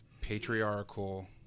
patriarchal